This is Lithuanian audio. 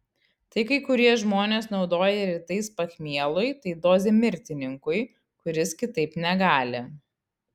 tai kai kurie žmonės naudoja rytais pachmielui tai dozė mirtininkui kuris kitaip negali